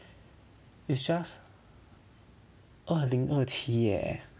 is just 二六二七 eh